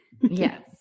Yes